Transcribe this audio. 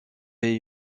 est